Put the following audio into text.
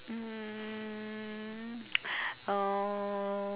um um